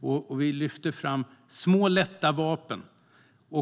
Därför lyfter vi fram små lätta vapen.